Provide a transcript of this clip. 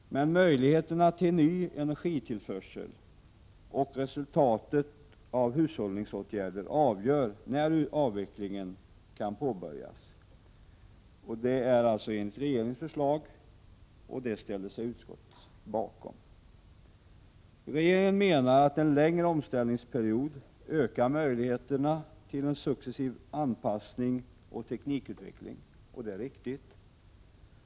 Men möjligheterna till ny energitillförsel och resultatet av hushållningsåtgärderna avgör när avvecklingen kan påbörjas. Detta är regeringens förslag, som utskottet ställer sig bakom. Regeringen menar att en längre omställningsperiod ökar möjligheterna till successiv anpassning och teknikutveckling. Det är riktigt.